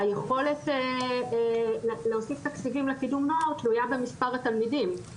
שהיכולת להוסיף תקציבים לקידום נוער תלויה במספר התלמידים,